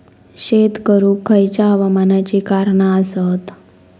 शेत करुक खयच्या हवामानाची कारणा आसत?